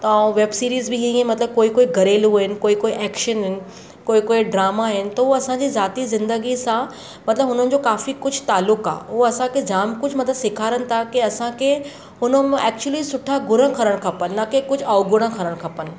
ऐं web series बि हीअं हीअं मतिलबु कोई कोई घरेलू आहिनि कोई कोई एक्शन आहिनि कोई कोई ड्रामा आहिनि त उहो असांजे जाती ज़िंदगी सां मतिलबु हुननि जो काफ़ी कुझु तालुक़ आहे उहो असांखे जामु कुझु मतिलबु सेखारीनि तव्हां की असांखे हुन मां एक्चुअली सुठा गुण खणणु खपनि ना की कुझु अवगुण खणणु खपनि